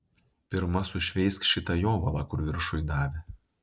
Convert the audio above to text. pirma sušveisk šitą jovalą kur viršuj davė